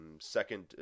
second